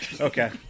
Okay